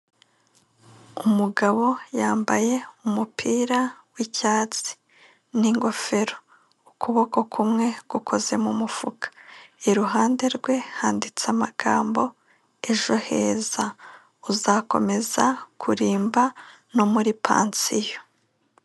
Umugabo yambaye umupira w'icyatsi n'ingofero, ukuboko kumwe gukoze mu mufuka, iruhande rwe handitse amagambo ejo heza uzakomeza kurimba no muri pansiyo.